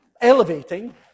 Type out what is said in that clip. elevating